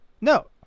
No